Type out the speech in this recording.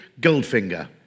Goldfinger